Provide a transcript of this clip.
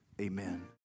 Amen